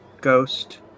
Ghost